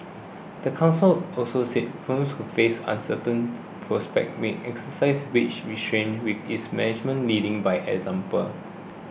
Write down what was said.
the council also said firms who face uncertain prospects may exercise wage restraint with its management leading by example